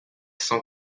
cent